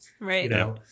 Right